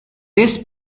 this